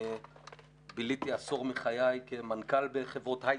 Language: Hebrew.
אני ביליתי עשור מחיי כמנכ"ל בחברות הייטק,